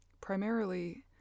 primarily